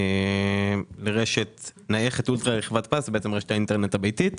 לרשת האינטרס הביתית